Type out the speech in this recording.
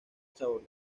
sabor